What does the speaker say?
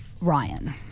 Ryan